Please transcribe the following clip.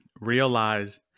realize